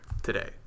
Today